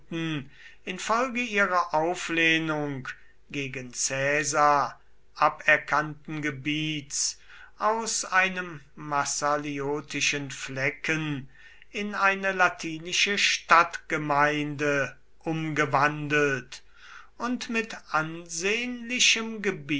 infolge ihrer auflehnung gegen caesar aberkannten gebiets aus einem massaliotischen flecken in eine latinische stadtgemeinde umgewandelt und mit ansehnlichem